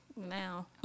now